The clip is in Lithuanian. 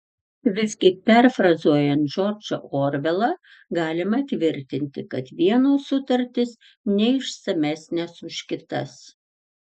visgi perfrazuojant džordžą orvelą galima tvirtinti kad vienos sutartys neišsamesnės už kitas